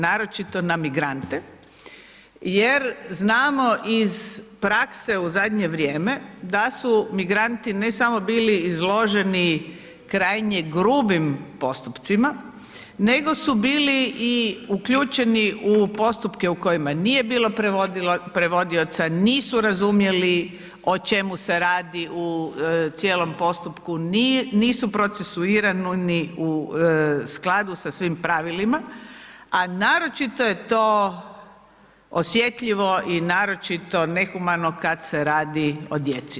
Naročito na migrante, jer znamo iz prakse u zadnje vrijeme da su migranti ne samo bili izloženi krajnje grubim postupcima, nego su bili i uključeni u postupke u kojima nije bilo prevodioca, nisu razumjeli o čemu se radi u cijelom postupku, nisu procesuirani u skladu sa svim pravilima, a naročito je to osjetljivo i naročito nehumano kad se radi o djeci.